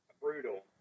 brutal